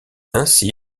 ainsi